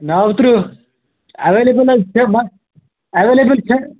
ناوٕ ترٕٛہ ایٚوَیلیبُل حظ چھِ مگر ایٚوَیلیبُل چھِ